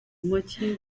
moitié